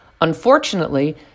Unfortunately